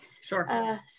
Sure